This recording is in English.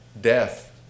death